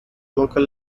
local